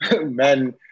men